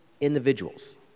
individuals